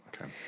Okay